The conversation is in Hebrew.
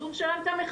אז הוא משלם את המחיר,